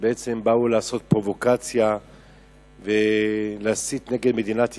שבעצם באו לעשות פרובוקציה ולהסית נגד מדינת ישראל.